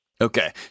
Okay